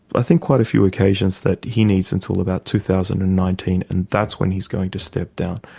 i think, quite a few occasions that he needs until about two thousand and nineteen and that's when he's going to step down.